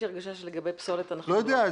לא יודע.